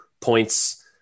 points